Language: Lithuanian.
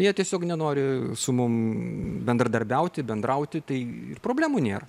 jie tiesiog nenori su mum bendradarbiauti bendrauti tai ir problemų nėra